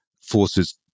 forces